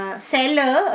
seller